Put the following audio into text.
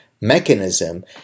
mechanism